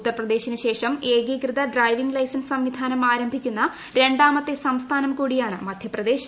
ഉത്തർപ്രദേശിന് ശേഷം ഏകീകൃത driving licence സംവിധാനം ആരംഭിക്കുന്ന രണ്ടാമത്തെ സംസ്ഥാനം കൂടിയാണ് മധ്യപ്രദേശ്